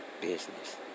Business